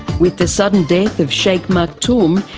with the sudden death of sheikh maktoum,